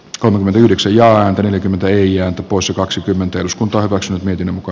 holmin yhdeksi laantuminen toijan tupossa kaksikymmentä eduskuntaa katson miten muka